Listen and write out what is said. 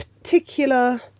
particular